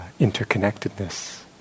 interconnectedness